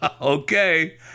Okay